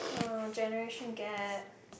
our generation gap